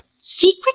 Secret